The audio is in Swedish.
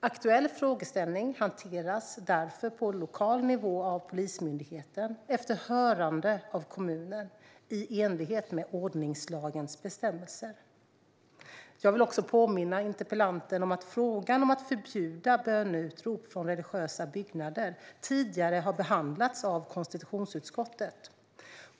Aktuell frågeställning hanteras därför på lokal nivå av Polismyndigheten efter hörande av kommunen i enlighet med ordningslagens bestämmelser. Jag vill också påminna interpellanten om att frågan om att förbjuda böneutrop från religiösa byggnader tidigare har behandlats av konstitutionsutskottet.